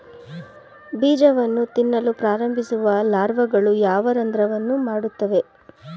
ಬೀಜವನ್ನು ತಿನ್ನಲು ಪ್ರಾರಂಭಿಸುವ ಲಾರ್ವಾಗಳು ಯಾವ ರಂಧ್ರವನ್ನು ಮಾಡುತ್ತವೆ?